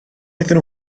iddyn